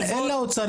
ואליד אלהואשלה (רע"מ,